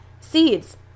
seeds